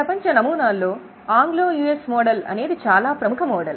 ప్రపంచ నమూనాల్లో Anglo US model అనేది చాలా ప్రముఖ మోడల్